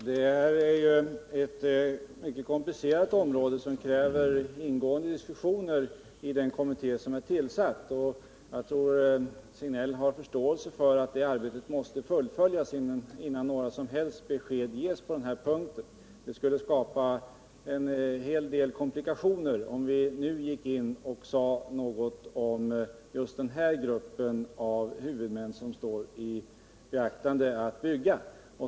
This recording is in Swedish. Herr talman! Det här är ett mycket komplicerat område som kräver ingående diskussioner i den kommitté som är tillsatt. Och jag tror att herr Signell har förståelse för att det arbetet måste fullföljas innan några som helst besked kan ges på den här punkten. Det skulle skapa en hel del komplikationer om vi nu gick in och sade något om just den grupp av huvudmän som står i begrepp att bygga.